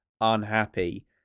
unhappy